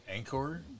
Angkor